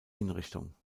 hinrichtung